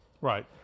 Right